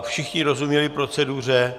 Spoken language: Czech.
Všichni rozuměli proceduře?